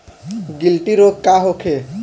गिल्टी रोग का होखे?